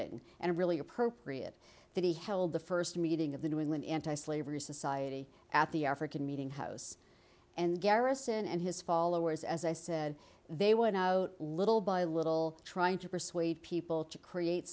fitting and really appropriate that he held the first meeting of the new england anti slavery society at the african meeting house and garrison and his followers as i said they went out little by little trying to persuade people to create